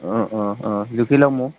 অঁ অঁ অঁ জুখি লওক মোক